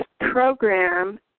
program